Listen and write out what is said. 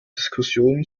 diskussionen